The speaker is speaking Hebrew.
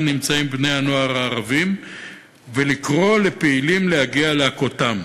נמצאים בני-נוער ערבים ולקרוא לפעילים להגיע להכותם,